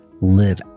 live